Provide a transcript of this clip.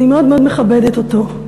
אני מאוד מאוד מכבדת אותו.